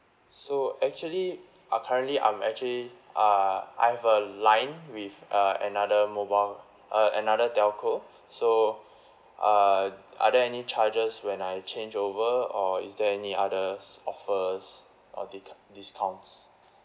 so actually uh currently I'm actually uh I have a line with uh another mobile uh another telco so uh are there any charges when I change over or is there any others offers or discou~ discounts